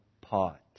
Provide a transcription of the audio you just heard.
pot